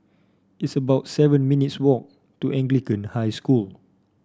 it's about seven minutes' walk to Anglican High School